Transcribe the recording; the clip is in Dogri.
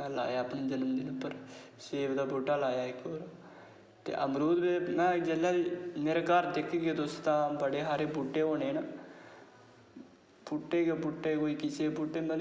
ते में लाया इक्क सेब दा बूह्टा लाया इक्क ते मेरे घर दिक्खी लैयो तुस की मेरे घर बड़े सारे बूह्टे न मतलब बूह्टे गै बूह्टे न